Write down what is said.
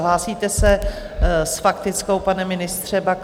Hlásíte se s faktickou, pane ministře, Baxo?